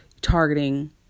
targeting